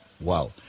Wow